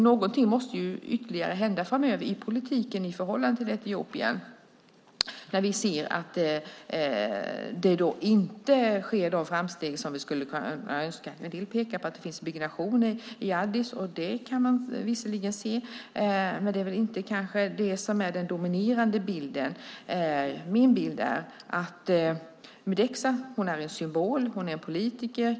Någonting ytterligare måste hända framöver i politiken i förhållande till Etiopien eftersom vi ser att de framsteg som vi skulle kunna önska oss inte sker. En del pekar på att det finns byggnationer i Addis. Det kan man visserligen se, men det kanske inte är det som är den dominerande bilden. Min bild är att Mideksa är en symbol. Hon är politiker.